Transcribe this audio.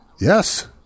Yes